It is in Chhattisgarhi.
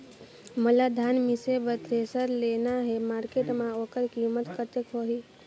मोला धान मिसे बर थ्रेसर लेना हे मार्केट मां होकर कीमत कतेक होही?